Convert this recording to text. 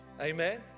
Amen